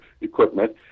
equipment